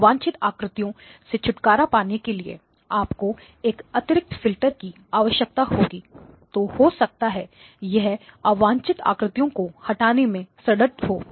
अवांछित आकृतियों से छुटकारा पाने के लिए आपको एक अतिरिक्त फिल्टर की आवश्यकता होगी तो हो सकता है यह अवांछित आकृतियों को हटाने में सुदृढ़ हो